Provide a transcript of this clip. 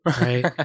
right